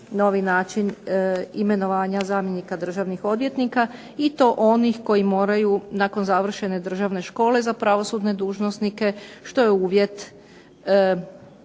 novi način imenovanja zamjenika državnih odvjetnika, i to onih koji moraju nakon završene državne škole za pravosudne dužnosnike, što je uvjet